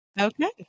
Okay